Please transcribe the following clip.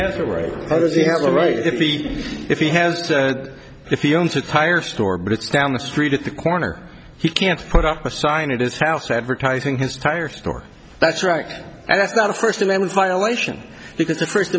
right if he if he has to and if he owns a tire store but it's down the street at the corner he can't put up a sign of his house advertising his tire store that's right and that's not a first amendment violation because the first